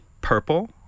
Purple